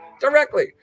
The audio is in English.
directly